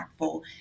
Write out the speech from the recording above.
impactful